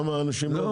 לא.